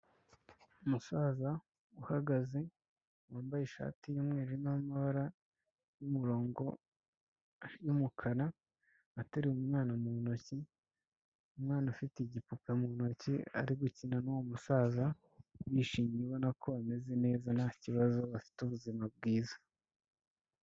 Umusaza uhagaze wambaye ishati y'umweru irimo amabara y'umurongo y'umukara, ateruye umwana mu ntoki umwana ufite igipupe mu ntoki ari gukina nuwo musaza, bishimye ubona ko bameze neza nta kibazo bafite ubuzima bwiza.